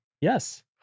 Yes